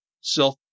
self